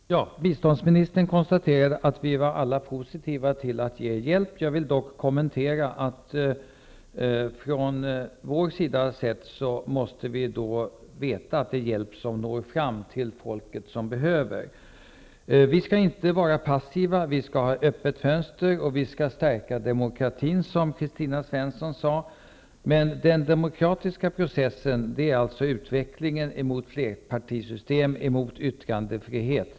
Fru talman! Biståndsministern konstaterade att vi alla var positiva till att ge hjälp. Jag vill dock kommentera att från vår sida sett måste vi då veta att det är hjälp som når fram till folket som behöver hjälp. Vi skall inte vara passiva, vi skall ha öppet fönster och vi skall stärka demokratin, som Kristina Svensson sade. Men den demokratiska processen är alltså utvecklingen mot flerpartisystem och yttrandefrihet.